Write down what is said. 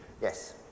Yes